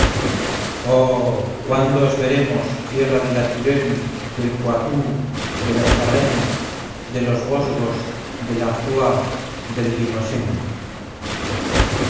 cuándo os veremos tierras de la turenne del poitou de la charente de los vosgos del artois del limosin